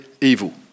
evil